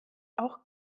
auch